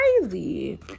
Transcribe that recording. crazy